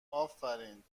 آفرین